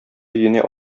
өенә